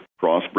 Crossbreed